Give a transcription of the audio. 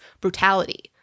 brutality